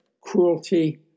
cruelty